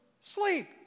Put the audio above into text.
sleep